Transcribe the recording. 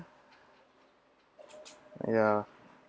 ya